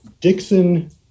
Dixon